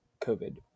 covid